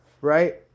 right